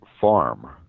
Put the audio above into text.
farm